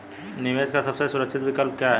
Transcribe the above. निवेश का सबसे सुरक्षित विकल्प क्या है?